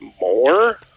more